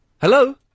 Hello